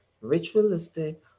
ritualistic